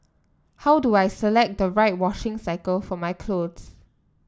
how do I select the right washing cycle for my clothes